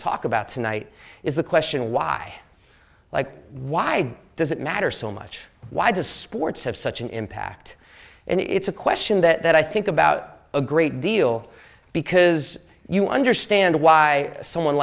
talk about tonight is the question why like why does it matter so much why does sports have such an impact and it's a question that i think about a great deal because you understand why someone